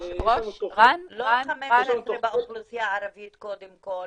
לא 15 באוכלוסייה הערבית קודם כל,